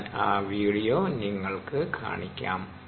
ഞാൻ ആ വീഡിയോകൾ നിങ്ങൾക്ക് കാണിക്കാം